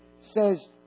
says